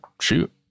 shoot